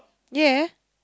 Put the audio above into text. ya